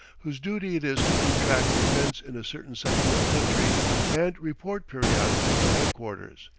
whose duty it is to keep track of events in a certain section of country and report periodically to headquarters.